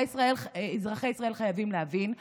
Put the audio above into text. יש מיעוט מאזרחי ישראל הערבים שפועל נגד מדינת ישראל.